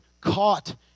caught